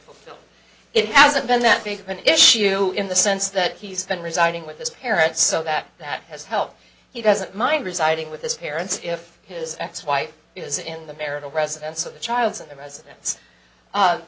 fulfilled it hasn't been that big of an issue in the sense that he's been residing with his parents so that that has helped he doesn't mind residing with this parents if his ex wife is in the marital residence of the child and the residen